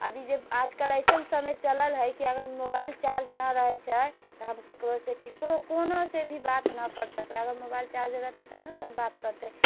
अभी जे आजकल ऐसन समय चलल हइ कि अगर मोबाइल चार्ज न रहैत छै तऽ आब ककरोसँ ककरो कोनोसँ भी बात न कर सकलै अगर मोबाइल चार्ज रहतै तब ने सभ बात करतै